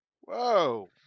Whoa